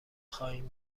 خواهیم